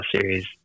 series